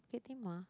Bukit-Timah